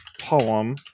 poem